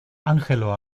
angelo